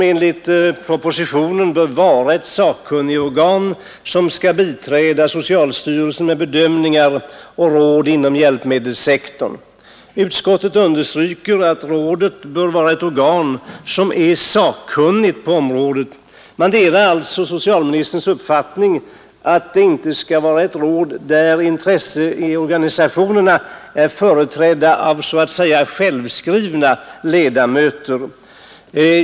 Enligt propositionen bör hjälpmedelsrådet vara ett sakkunnigorgan som skall biträda socialstyrelsen med bedömningar och råd inom hjälpmedelssektorn. Utskottet understryker att rådet bör vara ett organ som är sakkunnigt på området. Man delar alltså socialministerns uppfattning att det inte bör vara ett råd där intresseorganisationerna är företrädda av så att säga självskrivna ledamöter.